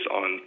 on